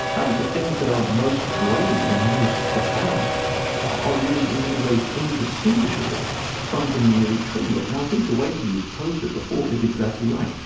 um the things that are the most grave and most profound are really in many ways indistinguishable from the merely trivial. now, i think the way that you posed it before is exactly right.